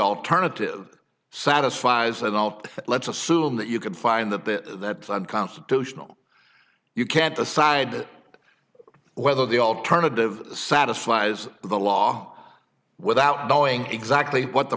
alternative satisfies a lot let's assume that you could find that that that's unconstitutional you can't decide whether the alternative satisfies the law without knowing exactly what the